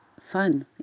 fun